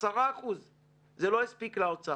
10%. זה הספיק לאוצר.